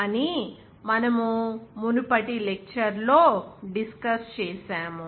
అని మనము మునుపటి లెక్చర్ లో డిస్కస్ చేసాము